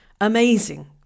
amazing